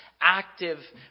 active